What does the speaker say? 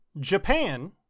Japan